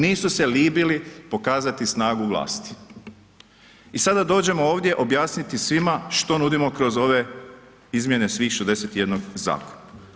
Nisu se libili pokazati snagu vlasti i sada dođemo ovdje objasniti svima što nudimo kroz ove izmjene svih 61 zakona.